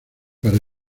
para